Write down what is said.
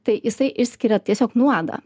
tai jisai išskiria tiesiog nuodą